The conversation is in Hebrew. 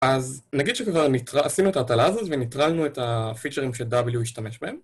אז נגיד שכבר עשינו את ההטלה הזו וניטרלנו את הפיצ'רים שדאביליו השתמש בהם